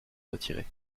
retirer